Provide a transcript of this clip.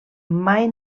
mai